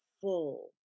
full